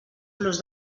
plus